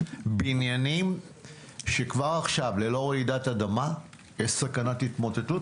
בניינים שכבר עכשיו ללא רעידת אדמה יש בהם סכנת התמוטטות,